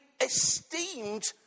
esteemed